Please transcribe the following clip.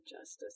Justice